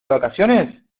vacaciones